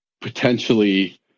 potentially